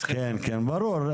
ברור.